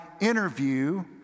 interview